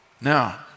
Now